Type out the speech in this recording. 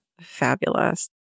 fabulous